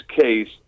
case